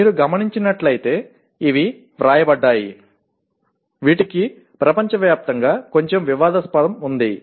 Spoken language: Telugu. మీరు గమనించినట్లైతే ఇవి వ్రాయబడ్డాయి వీటికి ప్రపంచవ్యాప్తంగా కొంచెం వివాదాస్పదం ఉంది